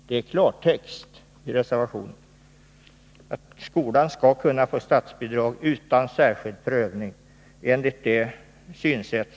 Det är klartext i reservationen.